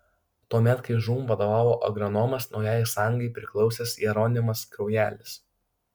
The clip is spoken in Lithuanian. tuomet kai žūm vadovavo agronomas naujajai sąjungai priklausęs jeronimas kraujelis